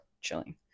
chilling